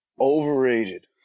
Overrated